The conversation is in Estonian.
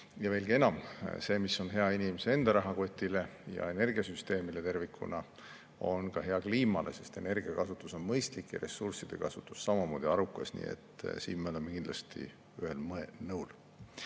Veelgi enam, see, mis on hea inimese enda rahakotile ja energiasüsteemile tervikuna, on hea ka kliimale, sest energiakasutus on siis mõistlik ja ressursside kasutus samamoodi arukas. Nii et siin me oleme kindlasti ühel nõul.